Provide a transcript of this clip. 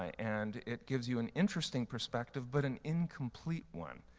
and it gives you an interesting perspective but an incomplete one.